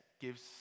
Gives